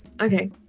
Okay